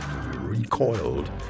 recoiled